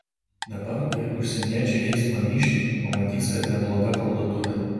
dabar kai užsieniečiai eis pamyžti pamatys kad nebloga parduotuvė